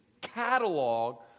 catalog